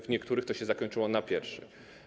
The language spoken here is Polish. W niektórych to się zakończyło na pierwszej.